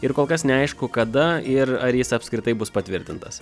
ir kol kas neaišku kada ir ar jis apskritai bus patvirtintas